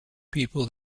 people